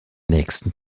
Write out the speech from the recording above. nächsten